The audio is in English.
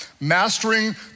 Mastering